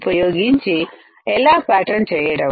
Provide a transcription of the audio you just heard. ఉపయోగించి ఎలా ప్యాటర్న్ చేయడం